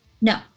No